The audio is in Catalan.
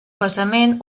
basament